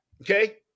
okay